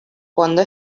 cuando